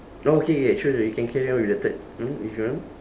okay okay sure sure you can carry on with the third one if you want